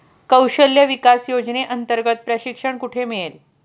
कौशल्य विकास योजनेअंतर्गत प्रशिक्षण कुठे मिळेल?